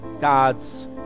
god's